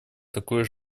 такой